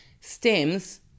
stems